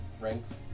ranks